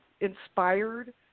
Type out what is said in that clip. inspired